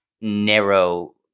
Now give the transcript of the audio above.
narrow